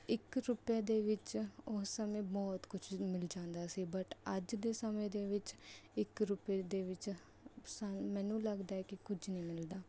ਇੱਕ ਰੁਪਏ ਦੇ ਵਿੱਚ ਉਸ ਸਮੇਂ ਬਹੁਤ ਕੁਛ ਮਿਲ ਜਾਂਦਾ ਸੀ ਬਟ ਅੱਜ ਦੇ ਸਮੇਂ ਦੇ ਵਿੱਚ ਇੱਕ ਰੁਪਏ ਦੇ ਵਿੱਚ ਮੈਨੂੰ ਲੱਗਦਾ ਹੈ ਕਿ ਕੁਝ ਨਹੀਂ ਮਿਲਦਾ